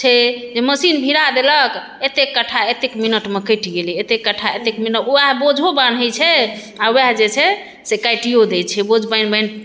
जे मशीन भिरा देलक अत्ते कठ्ठा अत्ते मिनटमे कटि गेलै अत्ते कठ्ठा अत्ते मिनट वएह बोझो बाँह्ये छै आओर वएह जे छै से काटियो दै छै बोझ बान्हि बान्हि